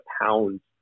pounds